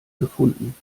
gefunden